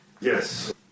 Yes